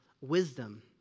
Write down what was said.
wisdom